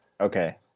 Okay